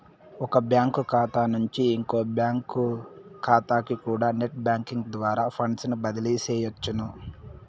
ఒక బ్యాంకు కాతా నుంచి ఇంకో బ్యాంకు కాతాకికూడా నెట్ బ్యేంకింగ్ ద్వారా ఫండ్సుని బదిలీ సెయ్యొచ్చును